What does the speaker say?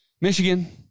Michigan